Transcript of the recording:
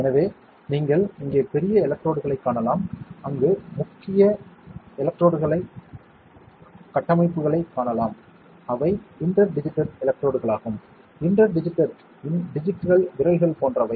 எனவே நீங்கள் இங்கே பெரிய எலக்ட்ரோடுகளைக் காணலாம் அங்கு முக்கிய எலக்ட்ரோடுகளைக் காணலாம் மற்றும் நீங்கள் இங்கே மைக்ரோ கட்டமைப்புகளைக் காணலாம் அவை இன்டர் டிஜிட்டட் எலக்ட்ரோடுகளாகும் இன்டர் டிஜிட்டட் டிஜிட்கள் விரல்கள் போன்றவை